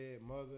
mother